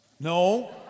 No